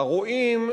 הרואים,